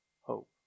hope